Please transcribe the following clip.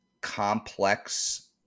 complex